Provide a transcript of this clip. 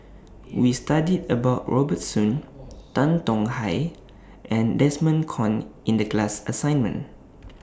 We studied about Robert Soon Tan Tong Hye and Desmond Kon in The class assignment